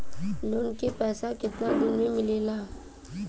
Loan के पैसा कितना दिन मे मिलेला?